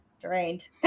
drained